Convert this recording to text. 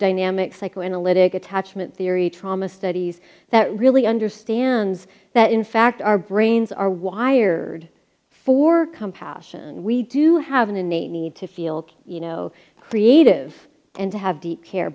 dynamic psychoanalytic attachment theory trauma studies that really understands that in fact our brains are wired for compassion and we do have an innate need to feel you know creative and to have the care